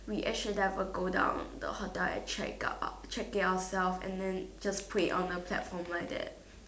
we actual never go down the hotel and check out check it ourself and then just put it on the platform like that